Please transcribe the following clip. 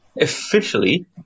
Officially